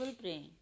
brain